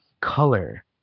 color